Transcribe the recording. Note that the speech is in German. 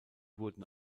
wurden